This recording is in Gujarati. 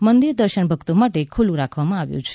મંદિર દર્શન ભક્તો માટે ખુલ્લુ રાખવામા આવ્યું છે